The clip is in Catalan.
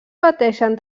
pateixen